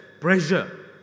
pressure